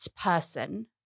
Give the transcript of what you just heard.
person